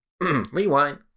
Rewind